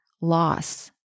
loss